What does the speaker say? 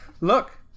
Look